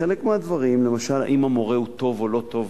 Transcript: חלק מהדברים, למשל אם המורה הוא טוב או לא טוב